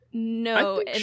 no